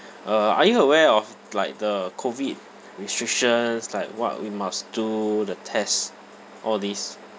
uh are you aware of like the COVID restrictions like what we must do the test all these